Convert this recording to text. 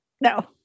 no